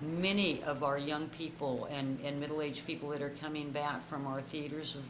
many of our young people and middle aged people that are coming back from our theaters